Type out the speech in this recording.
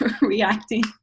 reacting